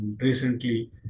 recently